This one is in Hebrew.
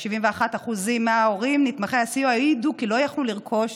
71% מההורים נתמכי הסיוע העידו כי לא יכלו לרכוש